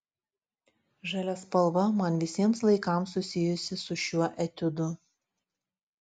žalia spalva man visiems laikams susijusi su šiuo etiudu